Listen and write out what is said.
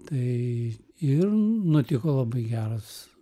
tai ir nutiko labai geras